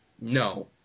No